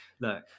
look